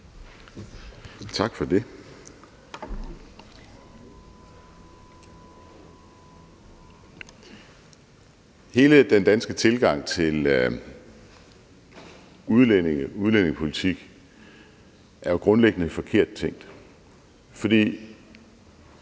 Tak for det. Hele den danske tilgang til udlændinge og udlændingepolitik er grundlæggende forkert tænkt, for